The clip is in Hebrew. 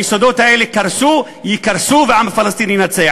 היסודות האלה קרסו, יקרסו, והעם הפלסטיני ינצח.